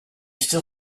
still